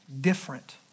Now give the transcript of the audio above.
different